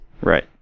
Right